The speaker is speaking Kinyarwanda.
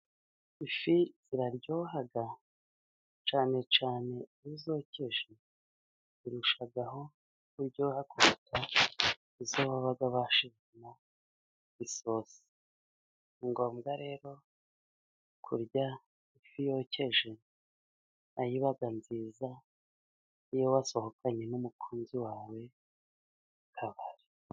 Ifi ziraryoha, cyane cyane iyo zokeje, kurusha izo baba bashyizemo isosi. Ni ngombwa rero kurya ifi yokeje, nayo iba nziza iyo wasohokanye n'umukunzi mu kabari.